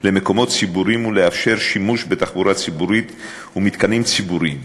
למקומות ציבוריים ולאפשר להם שימוש בתחבורה ציבורית ובמתקנים ציבוריים.